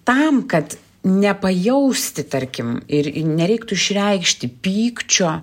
tam kad nepajausti tarkim ir e nereiktų išreikšti pykčio